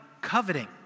coveting